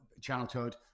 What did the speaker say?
childhood